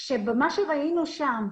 שמה שראינו שם,